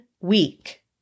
week